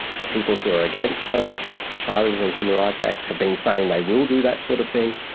the people who are against those charters and human rights acts, have been saying they will do that sort of thing,